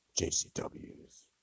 JCWs